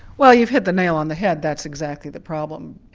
well you've hit the nail on the head, that's exactly the problem.